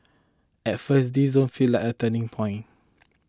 at first this don't feel like a turning point